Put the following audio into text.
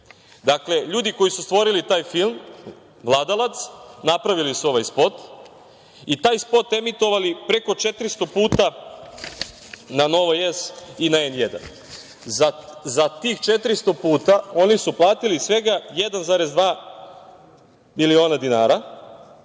ljudi koji su stvorili taj film „Vladalac“ napravili su ovaj spot i taj spot emitovali preko 400 puta na Novoj S i na N1. Za tih 400 puta oni su platili svega 1,2 miliona dinara,